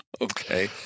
Okay